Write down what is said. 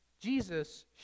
Jesus